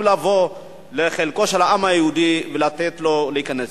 לבוא לחלקו של העם היהודי לתת להם להיכנס.